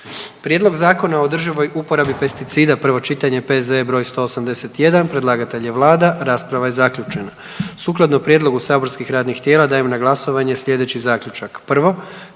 informacijskog društva (TRIS), prvo čitanje, P.Z.E. br. 185, predlagatelj je Vlada RH, rasprava je zaključena. Sukladno prijedlogu saborskih radnih tijela, dajem na glasovanje slijedeći zaključak.